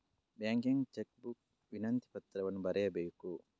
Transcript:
ಬ್ಯಾಂಕಿಗೆ check book ವಿನಂತಿ ಪತ್ರವನ್ನು ಬರೆಯಬೇಕು